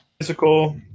Physical